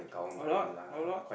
a lot a lot